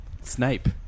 Snape